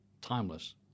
Timeless